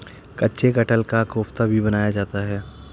कच्चे कटहल का कोफ्ता भी बनाया जाता है